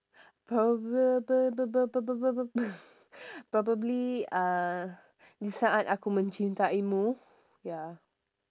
proba~ probably uh disaat aku mencintaimu ya